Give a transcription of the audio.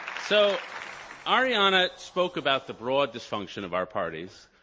so arianna spoke about the broad dysfunction of our parties.